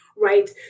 Right